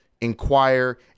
inquire